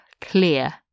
clear